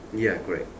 ya correct